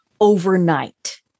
overnight